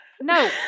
no